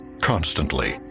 constantly